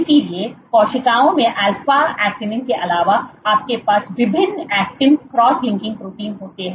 इसलिए कोशिकाओं में अल्फा ऐक्टिन के अलावा आपके पास विभिन्न ऐक्टिन क्रॉस लिंकिंग प्रोटीन होते हैं